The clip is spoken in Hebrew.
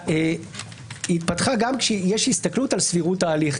היא התפתחה גם כשיש הסתכלות על צבירות ההליך,